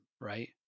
right